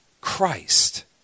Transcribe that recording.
Christ